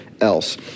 else